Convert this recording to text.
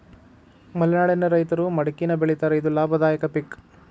ಮಲೆನಾಡಿನ ರೈತರು ಮಡಕಿನಾ ಬೆಳಿತಾರ ಇದು ಲಾಭದಾಯಕ ಪಿಕ್